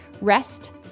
Rest